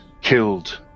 killed